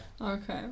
Okay